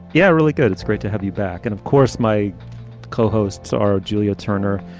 yeah, really good. it's great to have you back. and of course, my co-hosts are julia turner,